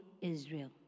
Israel